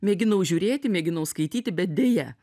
mėginau žiūrėti mėginau skaityti bet deja